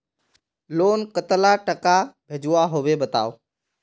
Loan कतला टाका भेजुआ होबे बताउ?